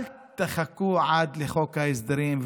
אל תחכו עד לחוק ההסדרים,